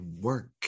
work